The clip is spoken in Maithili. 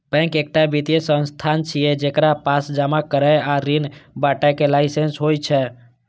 बैंक एकटा वित्तीय संस्थान छियै, जेकरा पास जमा करै आ ऋण बांटय के लाइसेंस होइ छै